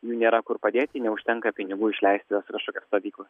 jų nėra kur padėti neužtenka pinigų išleisti juos į kažkokią stovyklą